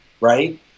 right